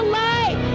life